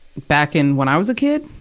back in when i was a kid,